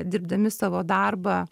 dirbdami savo darbą